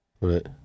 Right